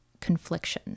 confliction